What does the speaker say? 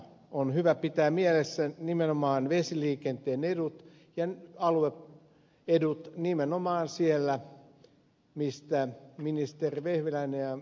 on hyvä pitää mielessä nimenomaan vesiliikenteen edut ja alue edut nimenomaan siellä mistä ministeri vehviläinen ja ed